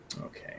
Okay